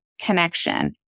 connection